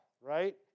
right